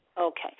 Okay